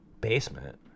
basement